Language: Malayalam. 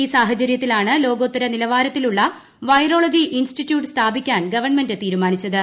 ഈ സാഹചര്യത്തിലാണ് ലോകോത്തര നിലവാരത്തിലുള്ള വൈറോളജി ഇൻസ്റ്റിറ്റ്യൂട്ട് സ്ഥാപിക്കാൻ തീരുമാനിച്ചത്